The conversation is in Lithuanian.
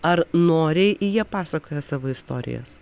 ar noriai jie pasakoja savo istorijas